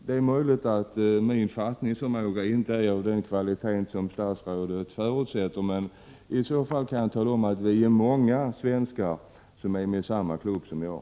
Det är möjligt att min fattningsförmåga inte är av den kvalitet som statsrådet förutsätter, men i så fall kan jag tala om att många svenskar är med i samma klubb som jag.